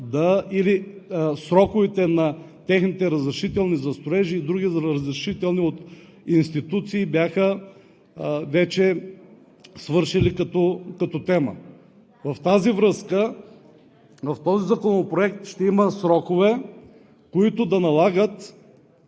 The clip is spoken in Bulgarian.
или сроковете на техните разрешителни за строежи и други разрешителни от институции бяха вече свършили като тема. В тази връзка в този законопроект ще има срокове, които да налагат